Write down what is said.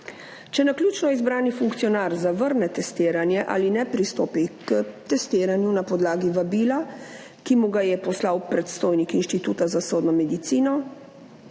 Če naključno izbrani funkcionar zavrne testiranje ali ne pristopi k testiranju na podlagi vabila, ki mu ga je poslal predstojnik Inštituta za sodno medicino,